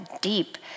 deep